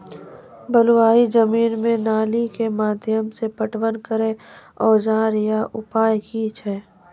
बलूआही जमीन मे नाली के माध्यम से पटवन करै औजार या उपाय की छै?